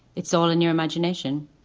it's all in your imagination